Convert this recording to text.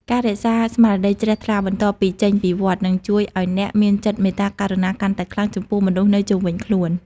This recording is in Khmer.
ការរក្សាស្មារតីជ្រះថ្លាបន្ទាប់ពីចេញពីវត្ត នឹងជួយឱ្យអ្នកមានចិត្តមេត្តាករុណាកាន់តែខ្លាំងចំពោះមនុស្សនៅជុំវិញខ្លួន។